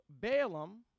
Balaam